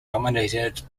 nominated